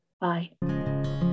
Bye